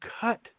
cut